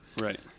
Right